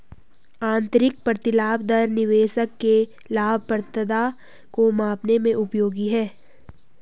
आंतरिक प्रतिलाभ दर निवेशक के लाभप्रदता को मापने में उपयोगी है